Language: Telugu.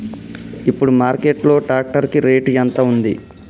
ఇప్పుడు మార్కెట్ లో ట్రాక్టర్ కి రేటు ఎంత ఉంది?